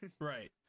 Right